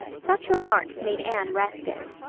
such remarks made anne restive.